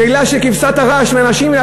גזלה של כבשת הרש מאנשים,